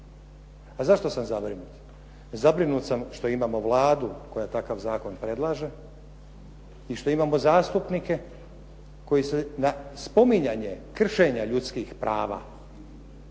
A zašto sam zabrinut? Zabrinut sam što imamo Vladu koja takav zakon predlaže i što imamo zastupnike koji se na spominjanje kršenja ljudskih prava